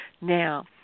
Now